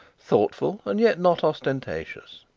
thoughtful, and yet not ostentatious.